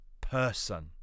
person